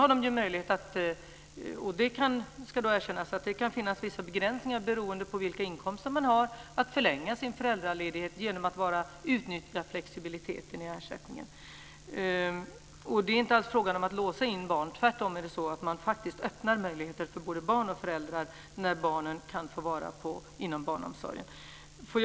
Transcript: Man kan också förlänga föräldraledigheten genom att utnyttja flexibiliteten i ersättningen, men det ska erkännas att det kan finnas vissa begränsningar beroende på vilka inkomster man har. Det är inte alls fråga om att låsa in barn. Tvärtom öppnar man möjligheter för både barn och föräldrar när barnet kan vistas inom barnomsorgen.